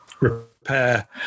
repair